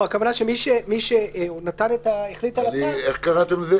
הכוונה היא שמי שהחליט על הצו --- איך קראתם לזה?